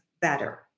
better